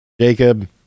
Jacob